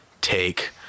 take